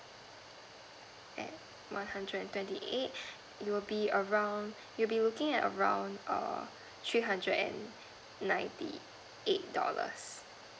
at one hundred and twenty eighth it will be around you'll be looking at around err three hundred and ninety eight dollars